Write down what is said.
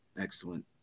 excellent